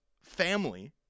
family